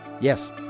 yes